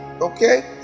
okay